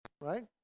right